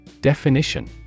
Definition